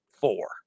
four